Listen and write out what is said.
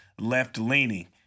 left-leaning